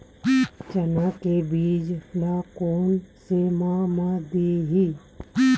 चना के बीज ल कोन से माह म दीही?